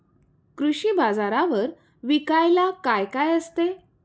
कृषी बाजारावर विकायला काय काय असते?